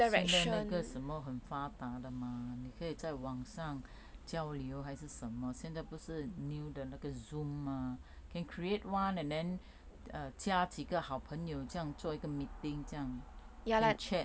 !aiyo! 现在那个什么很发达的 mah 可以在网上交流还是什么现在不是 new 的那个 zoom mah can create one and then err 加几个好朋友这样做一个 meeting 这样 can chat